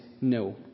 no